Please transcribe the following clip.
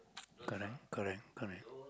correct correct correct